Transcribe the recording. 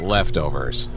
Leftovers